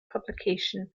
publication